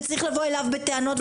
וצריך לבוא אליו לטענות,